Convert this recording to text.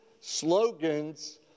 slogans